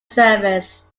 service